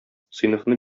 сыйныфны